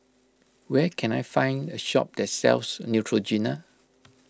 where can I find a shop that sells Neutrogena